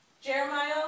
Jeremiah